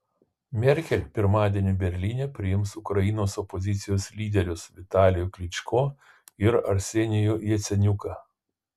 merkel pirmadienį berlyne priims ukrainos opozicijos lyderius vitalijų klyčko ir arsenijų jaceniuką